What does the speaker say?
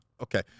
Okay